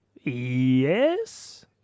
Yes